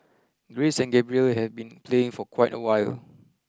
Grace and Gabriel have been playing for quite awhile